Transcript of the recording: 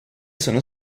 sono